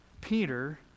Peter